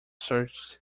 searched